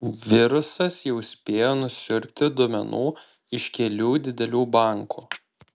virusas jau spėjo nusiurbti duomenų iš kelių didelių bankų